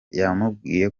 yamubwiye